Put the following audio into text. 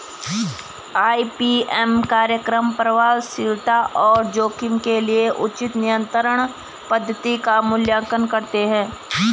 IPM कार्यक्रम प्रभावशीलता और जोखिम के लिए उचित नियंत्रण पद्धति का मूल्यांकन करते हैं